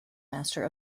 master